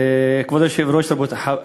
אברהים צרצור, מה עם חרדיות?